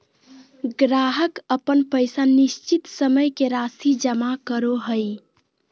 ग्राहक अपन पैसा निश्चित समय के राशि जमा करो हइ